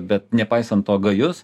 bet nepaisant to gajus